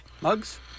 Mugs